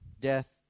death